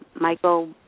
Michael